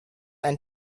ein